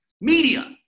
media